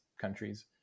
countries